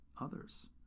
others